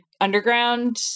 Underground